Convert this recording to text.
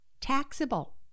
taxable